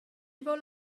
vul